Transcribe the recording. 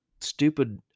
stupid